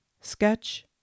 sketch